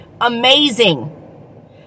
Amazing